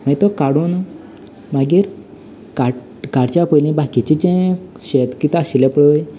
मागीर तो काडून मागीर काडच्या पयलीं बाकीचें जें शेत कितें आशिल्लें पळय